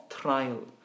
trial